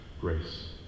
grace